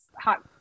hot